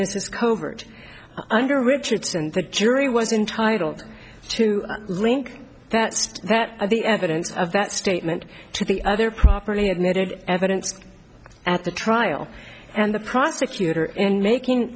mrs covert under richards and the jury was in titled to link that just that the evidence of that statement to the other properly admitted evidence at the trial and the prosecutor in making